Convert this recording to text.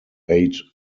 eight